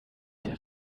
der